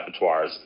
repertoires